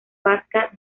vasca